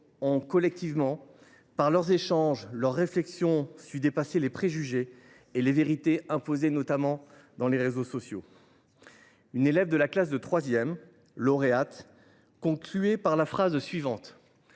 collectivement, au cours de leurs échanges, de dépasser leurs préjugés et les vérités imposées, notamment sur les réseaux sociaux. Une élève de la classe de troisième, lauréate, concluait par la phrase suivante